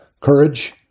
courage